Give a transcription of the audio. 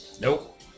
Nope